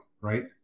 right